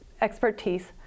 expertise